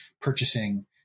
purchasing